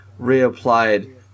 reapplied